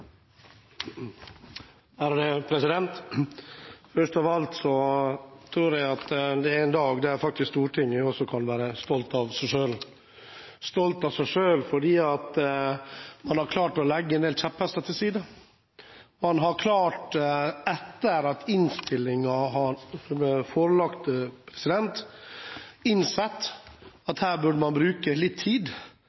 en dag da Stortinget kan være stolt av seg selv – stolt av seg selv fordi man har klart å legge en del kjepphester til side. Man har, etter at